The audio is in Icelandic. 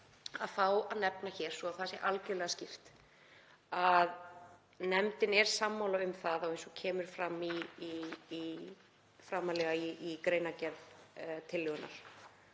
að fá að nefna hér, svo að það sé algerlega skýrt, að nefndin er sammála um það eins og kemur fram framarlega í greinargerð með tillögunni